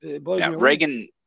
Reagan